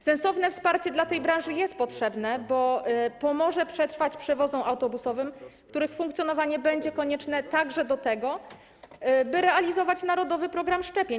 Sensowne wsparcie dla tej branży jest potrzebne, bo pomoże przetrwać przewozom autobusowym, których funkcjonowanie będzie konieczne także do tego, by realizować „Narodowy program szczepień”